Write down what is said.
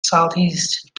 southeast